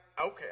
okay